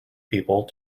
people